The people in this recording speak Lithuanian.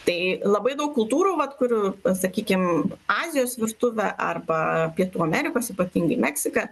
tai labai daug kultūrų vat kurių sakykim azijos virtuvė arba pietų amerikos ypatingai meksika